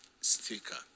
sticker